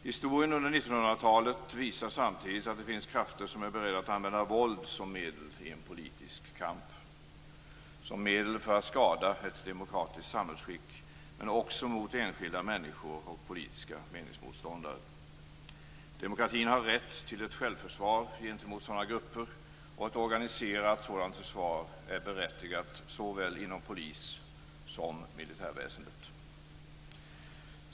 Historien under 1900-talet visar samtidigt att det finns krafter som i en politisk kamp är beredda att använda våld som medel - för att skada ett demokratiskt samhällsskick men också riktat mot enskilda människor och politiska meningsmotståndare. Demokratin har rätt till ett självförsvar gentemot sådana grupper, och att organisera ett sådant försvar är berättigat inom såväl polis som militärväsende.